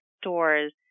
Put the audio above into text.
stores